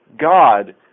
God